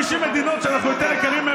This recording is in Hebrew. המדיניות של הממשלה,